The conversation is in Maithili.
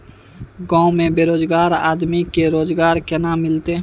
गांव में बेरोजगार आदमी के रोजगार केना मिलते?